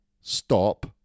stop